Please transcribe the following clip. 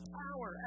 power